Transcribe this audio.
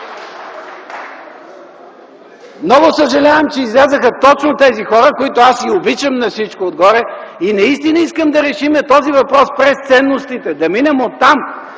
Много съжалявам, че излязоха точно тези хора, които аз обичам на всичко отгоре, и наистина искам да решим този въпрос през ценностите, да минем оттам,